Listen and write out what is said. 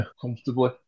comfortably